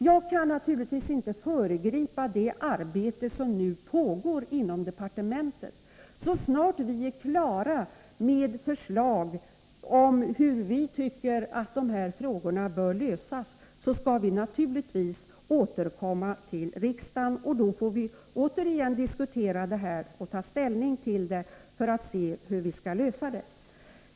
Jag kan naturligtvis inte föregripa det arbete som nu pågår inom departementet. Så snart vi är klara med förslag om hur vi tycker att dessa frågor bör lösas, skall vi givetvis återkomma till riksdagen. Då får riksdagen diskutera detta problem och ta ställning till hur det skall lösas.